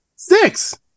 Six